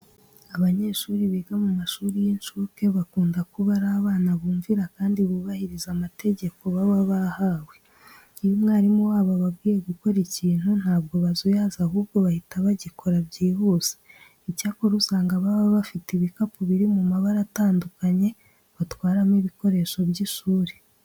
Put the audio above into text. Abanyeshuri biga mu mashuri y'incuke bakunda kuba ari abana bumvira kandi bubahiriza amategeko baba bahawe. Iyo umwarimu wabo ababwiye gukora ikintu ntabwo bazuyaza ahubwo bahita bagikora byihuse. Icyakora usanga baba bafite ibikapu biri mu mabara atandukanye batwaramo ibikoresho by'ishuri.